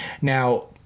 Now